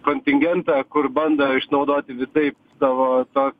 kontingentą kur bando išnaudoti visaip savo tos